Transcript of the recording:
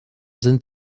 sind